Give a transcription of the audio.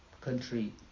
country